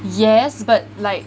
yes but like